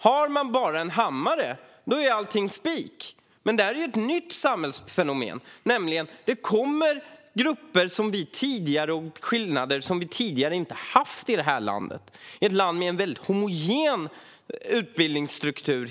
Har man bara en hammare är allting spik. Det är dock ett nytt samhällsfenomen att det kommer grupper och att vi ser skillnader som vi tidigare inte har haft i det här landet, som historiskt sett haft en väldigt homogen utbildningsstruktur.